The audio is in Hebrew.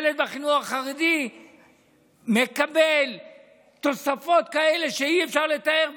ילד בחינוך החרדי מקבל תוספות כאלה שאי-אפשר לתאר,